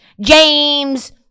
James